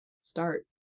start